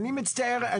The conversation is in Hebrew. אני מצטער,